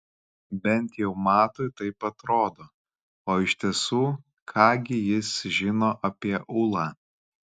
bent jau matui taip atrodo o iš tiesų ką gi jis žino apie ūlą